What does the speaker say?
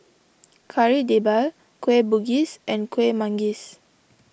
Kari Debal Kueh Bugis and Kueh Manggis